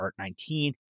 Art19